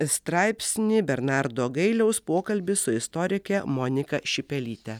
straipsnį bernardo gailiaus pokalbis su istorike monika šipelytė